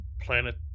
planet